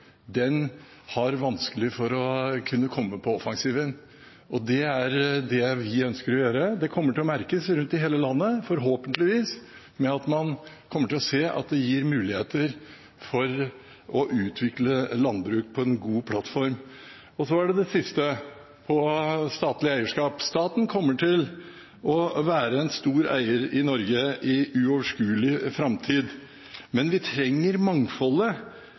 å merkes rundt i hele landet, forhåpentligvis, ved at man kommer til å se at det gir muligheter for å utvikle landbruk på en god plattform. Så er det det siste: statlig eierskap. Staten kommer til å være en stor eier i Norge i uoverskuelig framtid. Men vi trenger mangfoldet,